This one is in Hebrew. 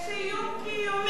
יש איום קיומי.